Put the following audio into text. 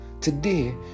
Today